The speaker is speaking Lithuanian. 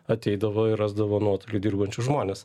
ateidavo ir rasdavo nuotoliu dirbančius žmones